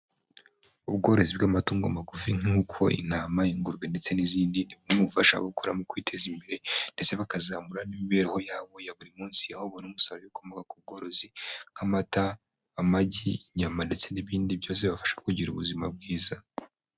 Ubworozi bw'amatungo magufi nk'uko intama, ingurube, ndetse n'izindi ni bimwe mu bifasha ababikora mu kwiteza imbere ndetse bakazamura n'imibereho yabo ya buri munsi. Aho babona umusaruro ukomoka ku bworozi nk'amata, amagi, inyama, ndetse n'ibindi byose bibafasha kugira ubuzima bwiza.